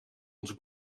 onze